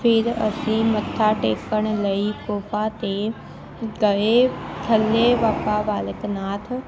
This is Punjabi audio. ਫਿਰ ਅਸੀਂ ਮੱਥਾ ਟੇਕਣ ਲਈ ਗੁਫਾ 'ਤੇ ਗਏ ਥੱਲੇ ਬਾਬਾ ਬਾਲਕ ਨਾਥ